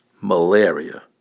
Malaria